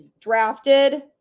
drafted